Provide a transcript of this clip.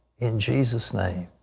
in jesus' name.